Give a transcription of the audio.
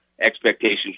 expectations